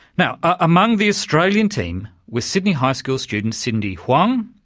now among the australian team was sydney high school student cindy huang.